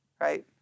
Right